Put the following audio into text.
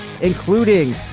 including